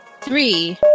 three